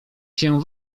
się